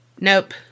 nope